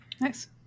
nice